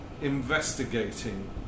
investigating